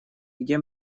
где